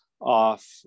off